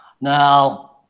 Now